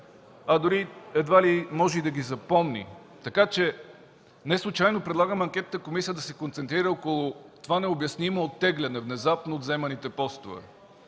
а едва ли може и да ги запомни. Така че неслучайно предлагам анкетната комисия да се концентрира около това необяснимо внезапно оттегляне от заеманите постове.